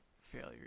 failure